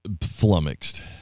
flummoxed